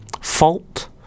fault